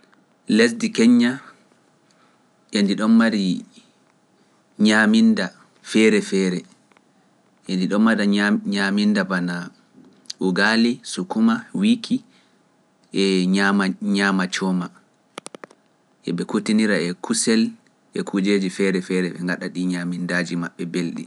Lesdi keña endi ɗon mari ñaminda feere feere, endi ɗon mari ñaminda bana Ugaali, Sukuma, Wiki e ñama ñama Cooma, heɓe kutinira e kusel e kujeeji feere feere ɓe ngaɗa ɗi ñamindaaji maɓɓe belɗi.